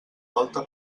volta